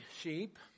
sheep